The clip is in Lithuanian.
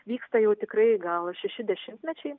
vyksta jau tikrai gal šeši dešimtmečiai